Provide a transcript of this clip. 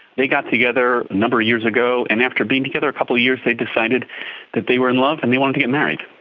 they got together a number of years ago, and after being together a couple of years they decided that they were in love and they wanted to get married.